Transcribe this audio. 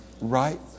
right